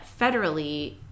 federally